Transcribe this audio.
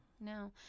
No